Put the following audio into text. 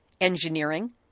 engineering